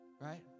Right